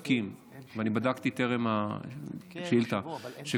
בדקתי טרם השאילתה את כל התיקים,